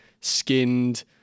skinned